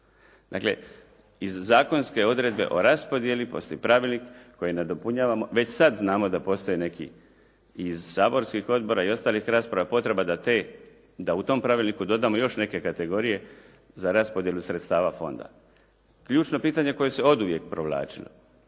Dakle, iz zakonske dodjele o raspodijeli postoji pravilnik koji nadopunjavamo. Već sada znamo da postoje neki iz saborskih odbora i ostalih rasprava potreba da te, da u tom pravilniku dodamo još neke kategorije za raspodjelu sredstava fonda. Ključno pitanje koje se oduvijek provlačilo,